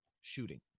shooting